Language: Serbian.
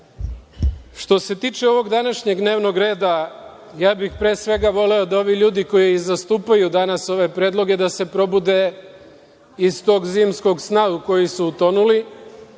se tiče ovog današnjeg dnevnog reda, ja bih pre svega voleo da ovi ljudi koji zastupaju danas ove predloge da se probude iz tog zimskog sna u koji su utonuli.